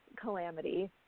calamity